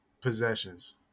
possessions